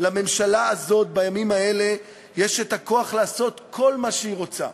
לממשלה הזאת בימים האלה יש כוח לעשות כל מה שהיא רוצה,